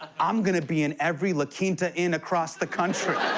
i'm gonna be in every la quinta inn across the country.